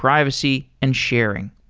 privacy and sharing.